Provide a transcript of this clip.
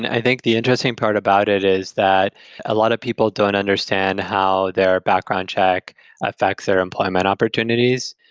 and i think the interesting part about it is that a lot of people don't understand how their background check affects their employment opportunities.